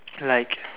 like